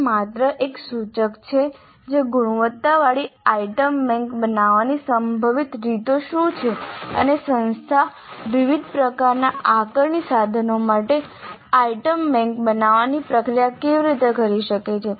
તે માત્ર એક સૂચક છે કે ગુણવત્તાવાળી આઇટમ બેંક બનાવવાની સંભવિત રીતો શું છે અને સંસ્થા વિવિધ પ્રકારના આકારણી સાધનો માટે આઇટમ બેંક બનાવવાની પ્રક્રિયા કેવી રીતે કરી શકે છે